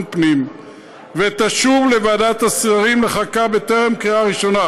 הפנים ותשוב לוועדת השרים לחקיקה לפני קריאה ראשונה.